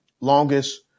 longest